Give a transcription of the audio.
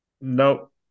Nope